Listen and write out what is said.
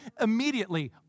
immediately